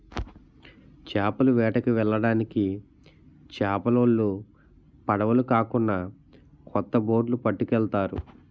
చేపల వేటకి వెళ్ళడానికి చేపలోలు పడవులు కాకున్నా కొత్త బొట్లు పట్టుకెళ్తారు